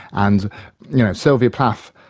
and you know sylvia plath,